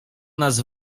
nas